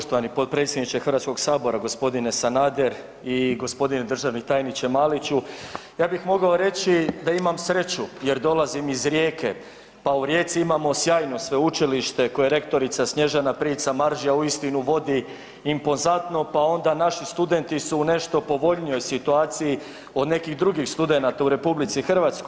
Poštovani potpredsjedniče Hrvatskog sabora gospodine Sanader i gospodine državni tajniče Mamiću, ja bih mogao reći da imam sreću jer dolazim iz Rijeke pa u Rijeci imamo sjajno sveučilište koje rektorica Snježna Prijić Samaržija uistinu vodi impozantno pa onda naši studenti su u nešto povoljnijoj situaciji od nekih drugih studenata u RH.